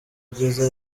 ibyiza